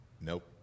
Nope